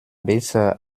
besser